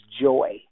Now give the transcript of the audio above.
joy